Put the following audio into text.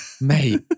mate